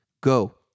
Go